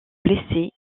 blessé